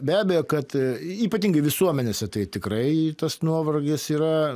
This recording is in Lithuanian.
be abejo kad ypatingai visuomenėse tai tikrai tas nuovargis yra